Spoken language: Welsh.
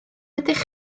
ydych